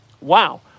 Wow